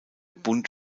bund